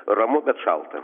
ramu bet šalta